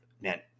man